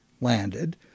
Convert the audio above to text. landed